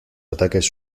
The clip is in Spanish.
ataques